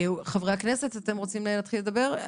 חברי הכנסת, אתם רוצים להתחיל לדבר?